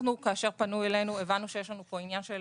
כאשר פנו אלינו הבנו שיש לנו פה עניין של